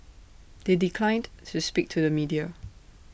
they declined to speak to the media